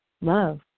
love